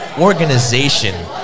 organization